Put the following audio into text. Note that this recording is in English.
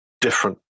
different